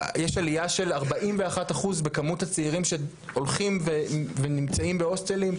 יש עליה של 41% במספר הצעירים שהולכים ונמצאים בהוסטלים,